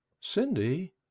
Cindy